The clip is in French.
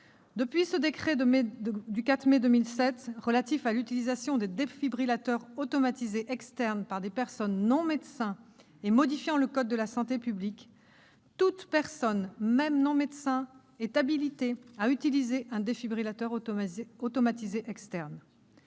Depuis le décret du 4 mai 2007 relatif à l'utilisation des défibrillateurs automatisés externes par des personnes non médecins et modifiant le code de la santé publique, « toute personne, même non médecin, est habilitée à utiliser un défibrillateur automatisé externe